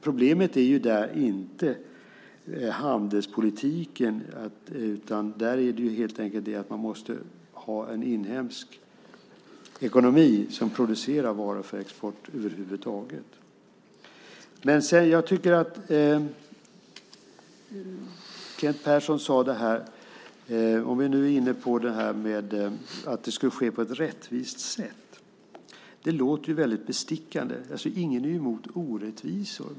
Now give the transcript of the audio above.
Problemet är där inte handelspolitiken utan att det över huvud taget måste finnas en inhemsk ekonomi som producerar varor för export. Kent Persson nämnde att handeln ska ske på ett rättvist sätt. Det låter bestickande. Ingen är för orättvisor.